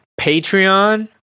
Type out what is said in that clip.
Patreon